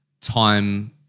time